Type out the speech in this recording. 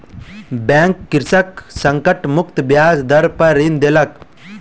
bank कृषक के संकट मुक्त ब्याज दर पर ऋण देलक